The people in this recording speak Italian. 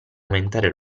aumentare